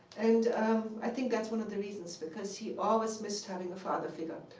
and i think that's one of the reasons. because he always missed having a father figure.